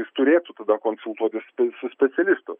jis turėtų tada konsultuotis su specialistu